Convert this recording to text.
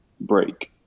break